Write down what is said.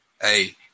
Hey